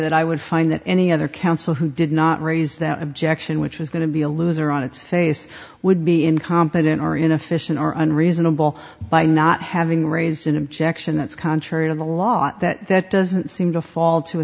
that i would find that any other counsel who did not raise that objection which was going to be a loser on its face would be incompetent or inefficient or unreasonable by not having raised an objection that's contrary to the law that that doesn't seem to fall to